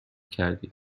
کردید